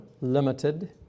Limited